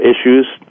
issues